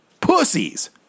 Pussies